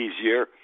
easier